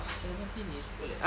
seventeen years old eh